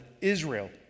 Israel